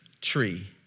tree